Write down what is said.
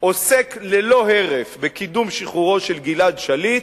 עוסק ללא הרף בקידום שחרורו של גלעד שליט,